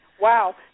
Wow